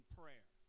prayer